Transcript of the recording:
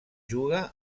juga